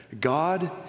God